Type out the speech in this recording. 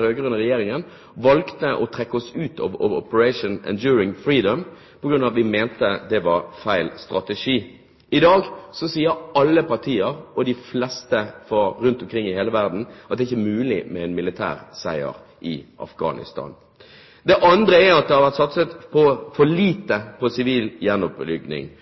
rød-grønne regjeringens side valgte å trekke oss ut av «Operation Enduring Freedom» fordi vi mente at det var feil strategi. I dag sier alle partier og de fleste rundt om i hele verden at det ikke er mulig med en militær seier i Afghanistan. Det andre er at det har vært satset for lite på sivil gjenoppbygging.